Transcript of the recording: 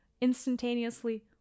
instantaneously